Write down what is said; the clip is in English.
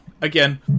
again